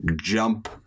jump